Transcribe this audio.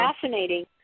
fascinating